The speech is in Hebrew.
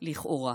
לכאורה,